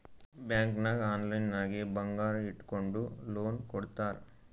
bank ನಾಗ್ online ನಾಗೆ ಬಂಗಾರ್ ಇಟ್ಗೊಂಡು ಲೋನ್ ಕೊಡ್ತಾರ್